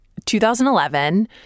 2011